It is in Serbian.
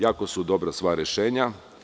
Jako su dobra sva rešenja.